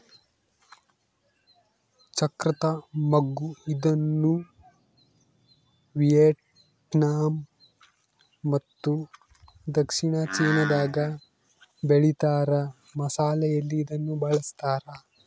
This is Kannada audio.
ಚಕ್ತ್ರ ಮಗ್ಗು ಇದನ್ನುವಿಯೆಟ್ನಾಮ್ ಮತ್ತು ದಕ್ಷಿಣ ಚೀನಾದಾಗ ಬೆಳೀತಾರ ಮಸಾಲೆಯಲ್ಲಿ ಇದನ್ನು ಬಳಸ್ತಾರ